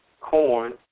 corn